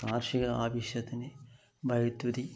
കാർഷികാവശ്യത്തിന് വൈദ്യുതി